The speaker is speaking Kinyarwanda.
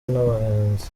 n’abahinzi